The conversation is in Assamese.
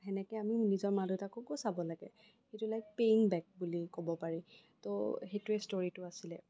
সেনেকে আমি নিজৰ মা দেউতাককো চাব লাগে এইটো লাইক পেয়িং বেক বুলি ক'ব পাৰি ত' সেইটোৱে ষ্টৰীটো আছিলে